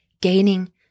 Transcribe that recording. gaining